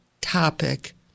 topic